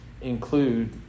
include